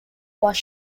was